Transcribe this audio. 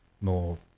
more